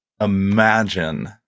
imagine